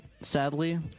sadly